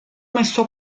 messo